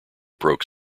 broke